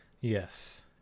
Yes